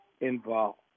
involved